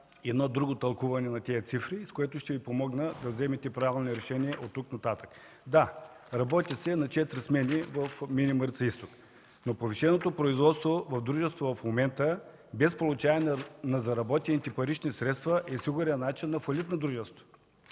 едно друго тълкуване на тези цифри, с което ще Ви помогна да вземете правилни решения от тук нататък. Да, работи се на четири смени в „Мини Марица изток”, но повишеното производство в дружеството в момента без получаване на заработените парични средства е сигурен начин на фалит на дружеството.